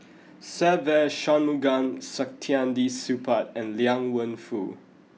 Se Ve Shanmugam Saktiandi Supaat and Liang Wenfu